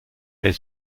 elle